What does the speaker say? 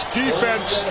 defense